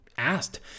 asked